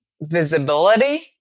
visibility